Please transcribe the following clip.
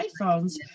iPhones